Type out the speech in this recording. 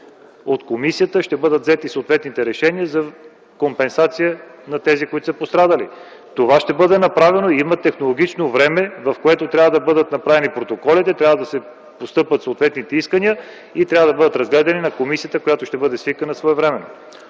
от комисията ще бъдат взети съответните решения за компенсация на пострадалите. Това ще бъде направено. Има технологично време, в което трябва да бъдат направени протоколите, трябва да постъпят съответните искания и трябва да бъдат разгледани в комисията, която ще бъде свикана своевременно.